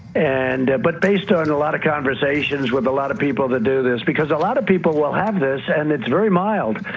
and but based on and a lot of conversations with a lot of people that do this because a lot of people will have this, and it's very mild.